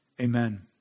Amen